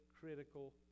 critical